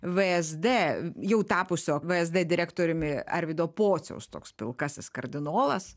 vsd jau tapusio vsd direktoriumi arvydo pociaus toks pilkasis kardinolas